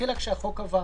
מלכתחילה כשהחוק עבר.